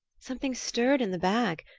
something stirred in the bag,